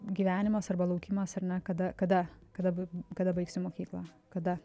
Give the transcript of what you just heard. gyvenimas arba laukimas ir na kada kada kada kada baigsiu mokyklą kada